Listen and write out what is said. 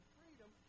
freedom